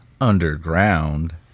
underground